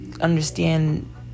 understand